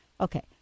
Okay